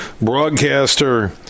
broadcaster